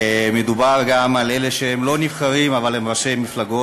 מדובר גם על אלה שהם לא נבחרים אבל הם ראשי מפלגות,